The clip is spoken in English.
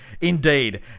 Indeed